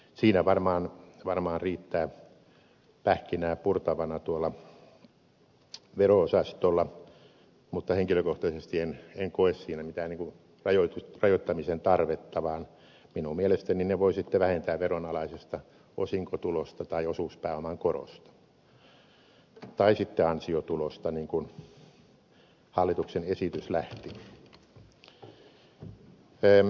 siinä varmaan riittää pähkinää purtavaksi tuolla vero osastolla mutta henkilökohtaisesti en koe siinä mitään rajoittamisen tarvetta vaan minun mielestäni ne voi sitten vähentää veronalaisesta osinkotulosta tai osuuspääoman korosta tai sitten ansiotulosta mistä hallituksen esitys lähti